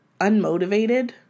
unmotivated